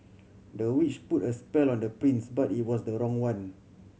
the witch put a spell on the prince but it was the wrong one